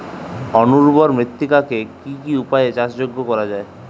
অনুর্বর মৃত্তিকাকে কি কি উপায়ে চাষযোগ্য করা যায়?